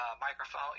microphone